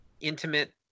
intimate